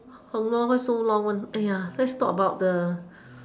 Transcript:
!hannor! why so long one !aiya! let's talk about the